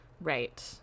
Right